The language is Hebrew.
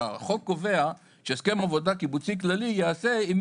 החוק קובע שהסכם עבודה קיבוצי כללי ייעשה עם